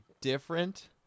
different